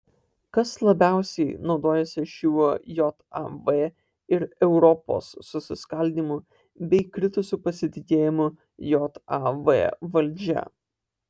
kas labiausiai naudojasi šiuo jav ir europos susiskaldymu bei kritusiu pasitikėjimu jav valdžia